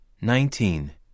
nineteen